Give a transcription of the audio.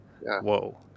Whoa